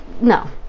No